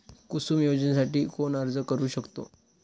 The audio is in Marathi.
कुसुम योजनेसाठी कोण अर्ज करू शकतो?